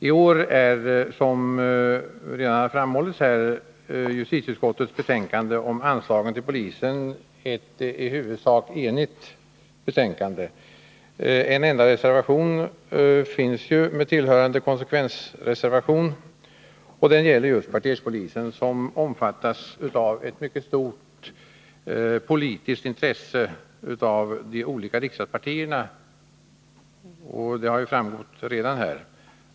I år är, som redan framhållits, justitieutskottets betänkande om anslagen till polisen i huvudsak enhälligt. En enda reservation med tillhörande konsekvensreservation finns fogad till betänkandet, och den gäller just kvarterspolisen, som omfattas av ett stort politiskt intresse av de olika riksdagspartierna.